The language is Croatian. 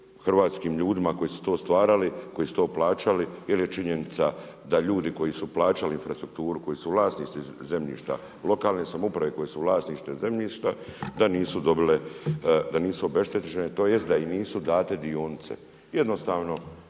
hrvatskim ljudima koji su to stvarali, koji su to plaćali jer je činjenica da ljudi koji su plaćali infrastrukturu, koji su vlasnici infrastrukturu, koji su vlasnici zemljišta, lokalne samouprave koje su vlasništvo zemljišta da nisu dobile, da nisu obeštećene, tj. da im nisu dane dionice. Jednostavno,